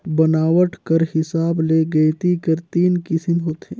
बनावट कर हिसाब ले गइती कर तीन किसिम होथे